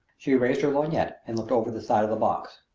she raised her lorgnette and looked over the side of the box.